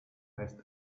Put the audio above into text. heißt